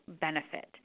benefit